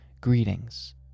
Greetings